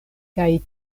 kaj